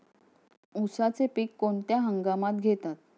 उसाचे पीक कोणत्या हंगामात घेतात?